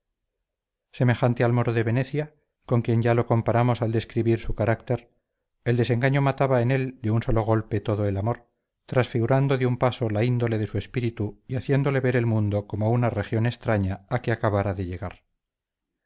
hombre nuevo semejante al moro de venecia con quien ya lo comparamos al describir su carácter el desengaño mataba en él de un solo golpe todo el amor transfigurando de paso la índole de su espíritu y haciéndole ver el mundo como una región extraña a que acabara de llegar